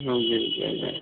जी जी चलिए